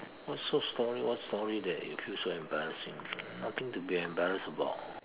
what's so story what story that you feel so embarrassing nothing to be embarrassed about